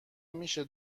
میشه